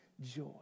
joy